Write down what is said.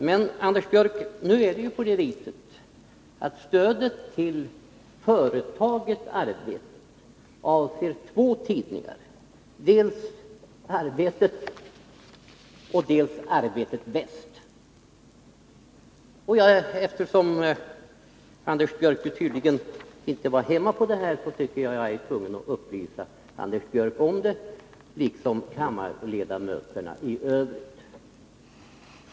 Men nu är det ju på det sättet, Anders Björck, att stödet till företaget Arbetet avser två tidningar, dels Arbetet, dels Arbetet Väst. Eftersom Anders Björck tydligen inte var hemma på detta, tycker jag att jag är tvungen att upplysa honom om det, liksom kammarens Nr 118 ledamöter i övrigt.